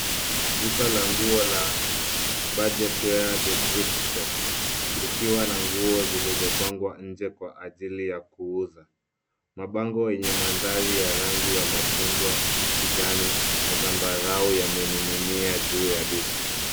Duka la nguo la budget wear the thrift shop likiwa na nguo zilizopangwa nje kwa ajili ya kuuzwa. Mabango yenye mandhari ya rangi ya machungwa, kijani na zambarau yamening'inia juu ya duka.